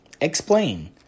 explain